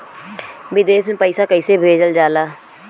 विदेश में पैसा कैसे भेजल जाला?